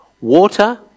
water